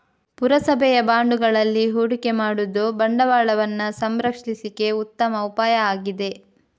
ಪುರಸಭೆಯ ಬಾಂಡುಗಳಲ್ಲಿ ಹೂಡಿಕೆ ಮಾಡುದು ಬಂಡವಾಳವನ್ನ ಸಂರಕ್ಷಿಸ್ಲಿಕ್ಕೆ ಉತ್ತಮ ಉಪಾಯ ಆಗಿದೆ